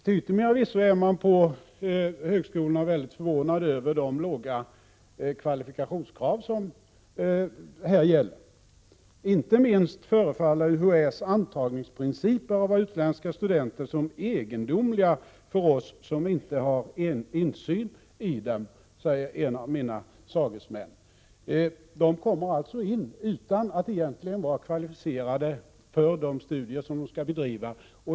Till yttermera visso är man på högskolorna förvånad över de låga kvalifikationskrav som här gäller. Inte minst förefaller UHÄ:s principer för antagning av utländska studenter egendomliga för oss som inte har insyn i dem. Så säger en av mina sagesmän. De iranska studenterna kommer alltså in utan att vara kvalificerade för de studier som de skall bedriva.